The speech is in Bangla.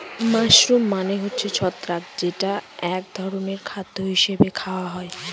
মাশরুম মানে হচ্ছে ছত্রাক যেটা এক ধরনের খাদ্য হিসাবে খাওয়া হয়